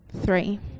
three